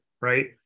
right